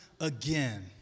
again